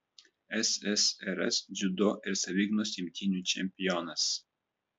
ssrs dziudo ir savigynos imtynių čempionas